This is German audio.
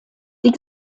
die